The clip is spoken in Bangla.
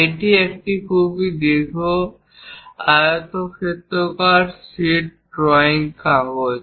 এটি একটি খুব দীর্ঘ আয়তক্ষেত্রাকার শীট ড্রয়িং কাগজ